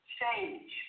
change